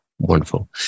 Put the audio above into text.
Wonderful